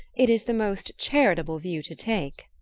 it is the most charitable view to take.